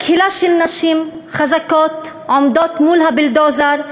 קהילה של נשים חזקות עומדות מול הבולדוזר,